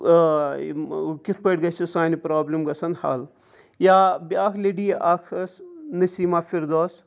یِم کِتھ پٲٹھۍ گژھِ سانہِ پرٛابلِم گژھن حل یا بیٛاکھ لیڈی اَکھ ٲس نسیٖمہ فِردوس